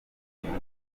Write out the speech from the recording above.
ingufu